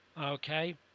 okay